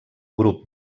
grup